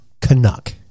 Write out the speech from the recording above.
Canuck